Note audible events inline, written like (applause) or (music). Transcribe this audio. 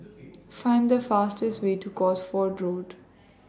(noise) Find The fastest Way to Cosford Road